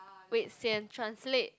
wait sian translate